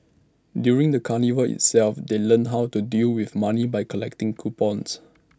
during the carnival itself they learnt how to deal with money by collecting coupons